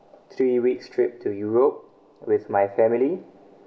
three weeks trip to europe with my family